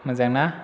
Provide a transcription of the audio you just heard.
मोजांना